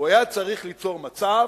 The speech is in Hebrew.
הוא היה צריך ליצור מצב